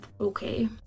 Okay